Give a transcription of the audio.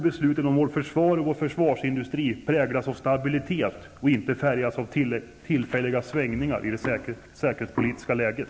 Besluten om vårt försvar och vår försvarsindustri måste präglas av stabilitet, och får inte färgas av tillfälliga svängningar i det säkerhetspolitiska läget.